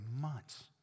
months